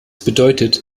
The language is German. bedeutet